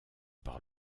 par